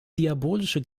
diabolische